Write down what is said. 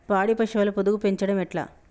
పాడి పశువుల పొదుగు పెంచడం ఎట్లా?